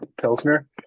pilsner